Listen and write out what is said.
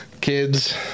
Kids